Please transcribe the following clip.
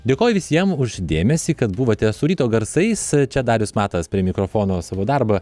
dėkoju visiem už dėmesį kad buvote su ryto garsais čia darius matas prie mikrofono savo darbą